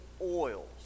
oils